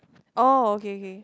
oh okay okay